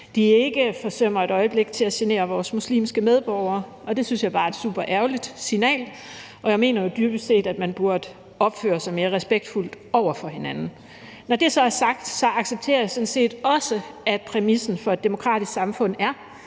det, ikke forsømmer nogen lejlighed til at genere vores muslimske medborgere, og det synes jeg bare er et superærgerligt signal. Jeg mener dybest set, at man burde opføre sig mere respektfuldt over for hinanden. Når det så er sagt, accepterer jeg sådan set også, at præmissen for et demokratisk samfund er,